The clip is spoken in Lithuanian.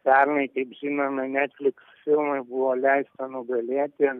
pernai kaip žinoma netflix filmui buvo leista nugalėti